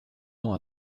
temps